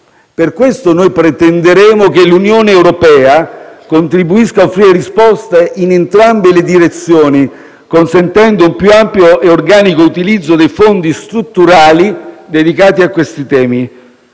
Per questo, pretenderemo che l'Unione europea contribuisca a offrire risposte in entrambe le direzioni, consentendo un più ampio e organico utilizzo dei fondi strutturali dedicati a questi temi.